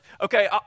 okay